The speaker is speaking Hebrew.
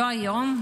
לא היום,